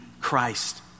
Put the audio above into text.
Christ